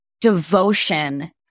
devotion